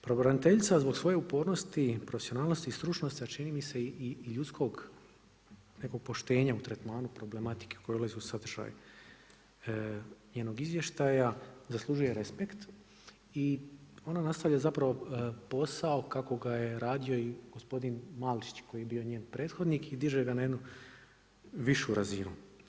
Pravobraniteljica zbog svoje upornosti, profesionalnosti i stručnosti a čini mi se i ljudskog nekog poštenja u tretmanu problematike koja ulazi u sadržaj njenog izvještaja, zaslužuje respekt i ona nastavlja zapravo posao kako ga je radio i gospodin Malčić koji je bio njen prethodnik i diže ga na jednu višu razinu.